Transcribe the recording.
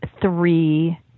three